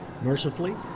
mercifully